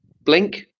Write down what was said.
Blink